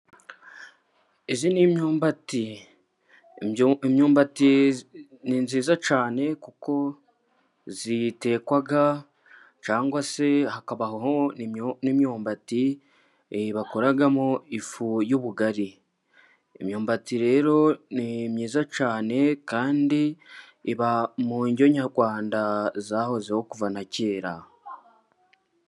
Iyi ni imyumbati. Imyumbati ni myiza cyane, kuko itekwa cyangwa se hakabaho n'imyumbati bakoramo ifu y'ubugari. Imyumbati rero ni myiza cyane, kandi iba mu ndyo nyarwanda zahozeho kuva na kera.